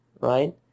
right